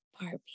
Barbie